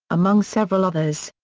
among several others.